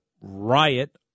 riot